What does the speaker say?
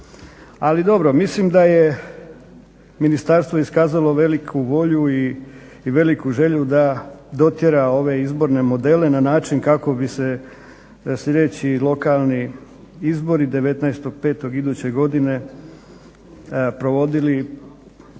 Ali dobro, mislim da je ministarstvo iskazalo veliku volju i veliku želju da dotjera ove izborne modele na način kako bi se sljedeći lokalni izbori 19.05. iduće godine provodili